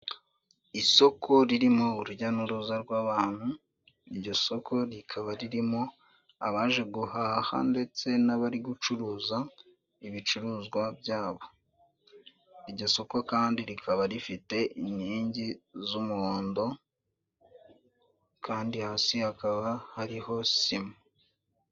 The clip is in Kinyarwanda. Isoko ririmo urujya n'uruza rw'abantu, iryo soko rikaba ririmo abaje guhaha ndetse n'abari gucuruza ibicuruzwa byabo. Iryo soko kandi rikaba rifite inkingi z'umuhondo kandi hasi hakaba hariho sima.